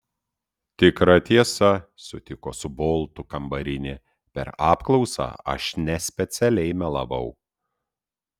tikra tiesa sutiko su boltu kambarinė per apklausą aš nespecialiai melavau